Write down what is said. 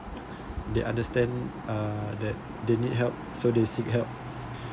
they understand uh that they need help so they seek help